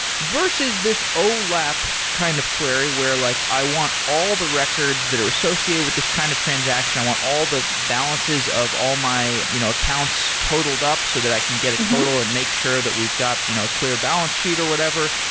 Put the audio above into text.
versus this olap kind of query, where like, i want all the records that are associated with this kind of transaction. i want all the balances of all my you know accounts totaled up so that i can get a total and make sure that we've got you know a clear balance sheet or whatever.